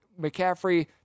McCaffrey